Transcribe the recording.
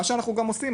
מה שאנחנו גם עושים,